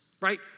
right